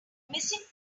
missing